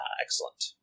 excellent